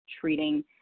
treating